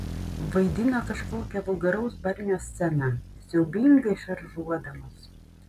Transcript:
vaidino kažkokią vulgaraus barnio sceną siaubingai šaržuodamos